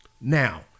Now